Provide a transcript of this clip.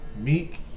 meek